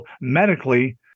medically